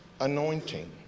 anointing